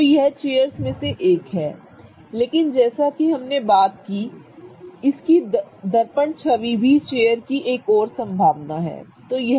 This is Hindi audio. तो यह चेयर्स में से एक है लेकिन जैसा कि हमने बात की है इसकी दर्पण छवि भी चेयर की एक और संभावना है ठीक है